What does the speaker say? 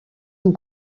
amb